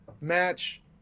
match